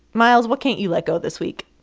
miles, what can't you let go this week?